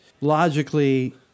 logically